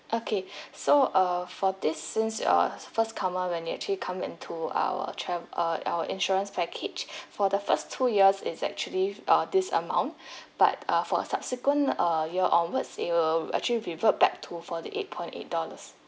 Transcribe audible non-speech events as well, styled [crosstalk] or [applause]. okay [breath] so uh for this since uh first comer when they actually come into our tra~ uh our insurance package [breath] for the first two years is actually uh this amount [breath] but uh for a subsequent err year onwards it will actually revert back to forty eight point eight dollars